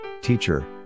Teacher